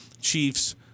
Chiefs